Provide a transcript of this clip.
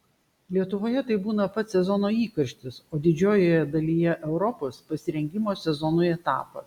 lietuvoje tai būna pats sezono įkarštis o didžiojoje dalyje europos pasirengimo sezonui etapas